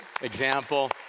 example